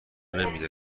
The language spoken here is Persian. نمیده